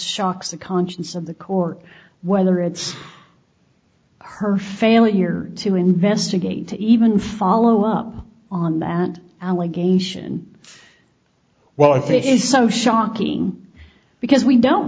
shocks the conscience of the court whether it's her failure to investigate to even follow up on that allegation well i think is so shocking because we don't